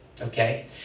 Okay